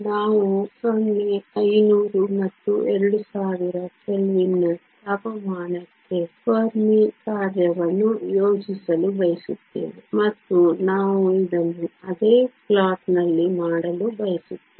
ನಾವು 0 500 ಮತ್ತು 2000 ಕೆಲ್ವಿನ್ನ ತಾಪಮಾನಕ್ಕಾಗಿ ಫೆರ್ಮಿ ಕಾರ್ಯವನ್ನು ಯೋಜಿಸಲು ಬಯಸುತ್ತೇವೆ ಮತ್ತು ನಾವು ಇದನ್ನು ಅದೇ ಪ್ಲಾಟ್ನಲ್ಲಿ ಮಾಡಲು ಬಯಸುತ್ತೇವೆ